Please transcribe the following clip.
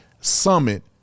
summit